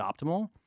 optimal